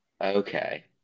Okay